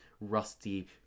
rusty